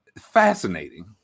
Fascinating